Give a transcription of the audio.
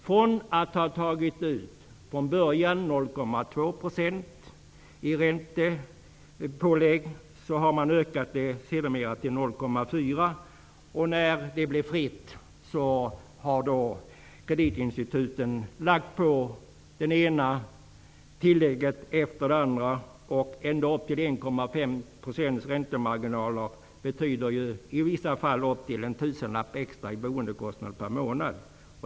Efter att från början ha tagit ut 0,2 % i räntepålägg har man sedermera ökat detta till 0,4. Sedan marknaden blev fri har kreditinstituten lagt på det ena tillägget efter det andra. Räntemarginalen har varit ända upp till 1,5 %. Det betyder i vissa fall upp till en tusenlapp extra i boendekostnad per månad.